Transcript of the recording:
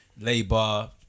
Labour